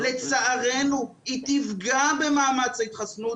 לצערנו היא תפגע במאמץ ההתחסנות,